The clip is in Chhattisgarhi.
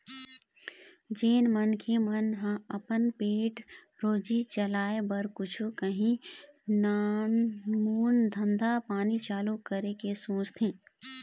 जेन मनखे मन ह अपन पेट रोजी चलाय बर कुछु काही नानमून धंधा पानी चालू करे के सोचथे